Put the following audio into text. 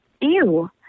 Ew